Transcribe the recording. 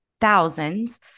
thousands